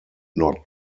not